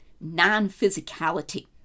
non-physicality